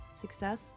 success